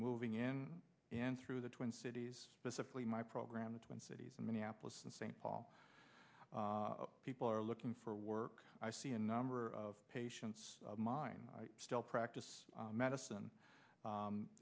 moving in and through the twin cities specifically my program the twin cities in minneapolis and st paul people are looking for work i see a number of patients of mine still practice medicine